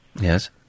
Yes